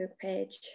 page